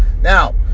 Now